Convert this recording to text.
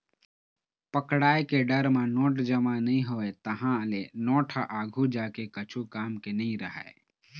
पकड़ाय के डर म नोट जमा नइ होइस, तहाँ ले नोट ह आघु जाके कछु काम के नइ रहय